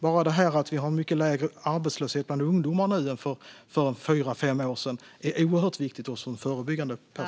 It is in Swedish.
Bara detta att vi har mycket lägre arbetslöshet bland ungdomar nu än för fyra fem år sedan är oerhört viktigt ur ett förebyggande perspektiv.